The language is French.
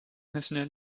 national